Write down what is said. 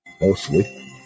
mostly